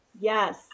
Yes